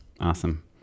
awesome